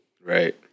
right